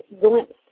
glimpse